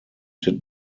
did